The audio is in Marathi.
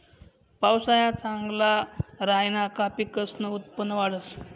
पावसाया चांगला राहिना का पिकसनं उत्पन्न वाढंस